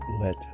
Let